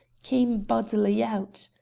came bodily out.